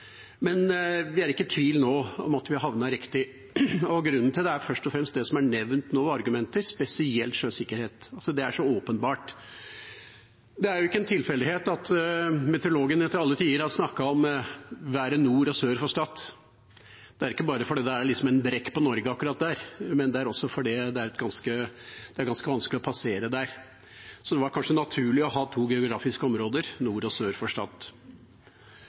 Men nå er vi ikke i tvil om at vi har havnet riktig. Grunnen til det er først og fremst det som nå er nevnt av argumenter, spesielt sjøsikkerhet. Det er så åpenbart. Det er jo ikke en tilfeldighet at meteorologene til alle tider har snakket om været nord og sør for Stad. Det er ikke bare fordi det liksom er brekk på Norge akkurat der, men det er også fordi det er ganske vanskelig å passere der. Så det var kanskje naturlig å ha to geografiske områder: nord og